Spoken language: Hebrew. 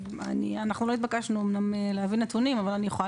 אנחנו לא התבקשנו להביא נתונים אבל אני יכולה